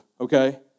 okay